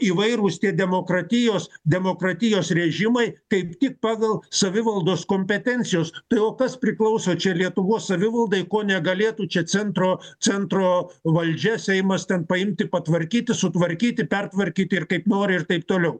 įvairūs tie demokratijos demokratijos režimai kaip tik pagal savivaldos kompetencijos tai o kas priklauso čia lietuvos savivaldai ko negalėtų čia centro centro valdžia seimas ten paimti patvarkyti sutvarkyti pertvarkyti ir kaip nori ir taip toliau